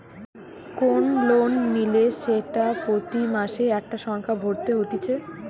কোন লোন নিলে সেটা প্রতি মাসে একটা সংখ্যা ভরতে হতিছে